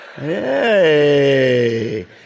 Hey